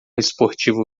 esportivo